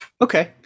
Okay